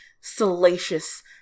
salacious